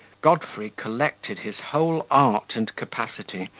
godfrey collected his whole art and capacity,